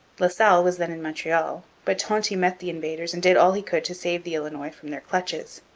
la salle was then in montreal, but tonty met the invaders and did all he could to save the illinois from their clutches.